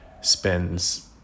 spends